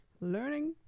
learning